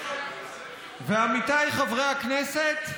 עמיתיי חברי הכנסת,